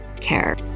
care